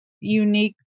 unique